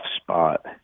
spot